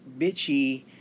bitchy